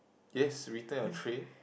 yes return your tray